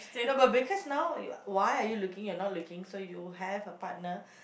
no but because now you why are you looking you are not looking so you have a partner